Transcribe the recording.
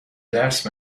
درس